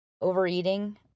overeating